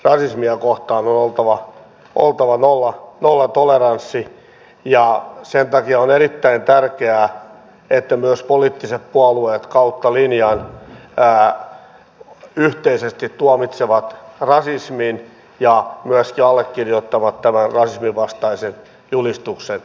rasismia kohtaan on oltava nollatoleranssi ja sen takia on erittäin tärkeää että myös poliittiset puolueet kautta linjan yhteisesti tuomitsevat rasismin ja myöskin allekirjoittavat tämän rasisminvastaisen julistuksen